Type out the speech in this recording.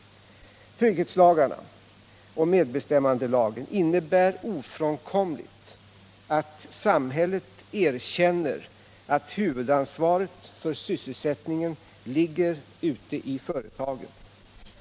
Trygghetslagarna och medbestämmandelagen innebär ofrånkomligen att samhället erkänner att huvudansvaret för sysselsättningen ligger ute i företagen.